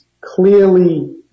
clearly